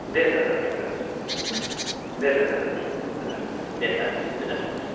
दे सार जागोन दे गोजोन्थों दे सार गोजोननाय थाबाय गोजोनबाय दे सार दे गोजोन्थों